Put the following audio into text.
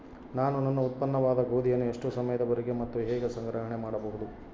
ನಾನು ನನ್ನ ಉತ್ಪನ್ನವಾದ ಗೋಧಿಯನ್ನು ಎಷ್ಟು ಸಮಯದವರೆಗೆ ಮತ್ತು ಹೇಗೆ ಸಂಗ್ರಹಣೆ ಮಾಡಬಹುದು?